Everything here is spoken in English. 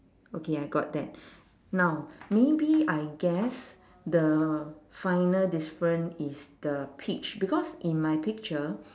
okay I got that now maybe I guess the final different is the peach because in my picture